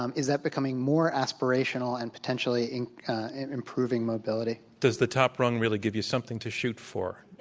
um is that becoming more aspirational and potentially improving mobility? does the top rung really give you something to shoot for?